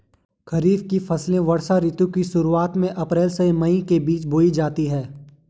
खरीफ की फसलें वर्षा ऋतु की शुरुआत में, अप्रैल से मई के बीच बोई जाती हैं